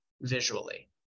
visually